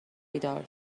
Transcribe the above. بیدار